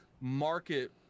market